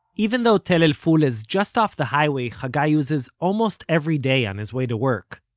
even though tell el-ful is just off the highway hagai uses almost every day on his way to work,